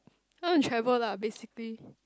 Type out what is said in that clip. I want to travel lah basically